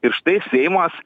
ir štai seimas